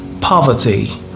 poverty